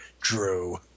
Drew